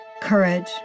courage